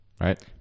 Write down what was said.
Right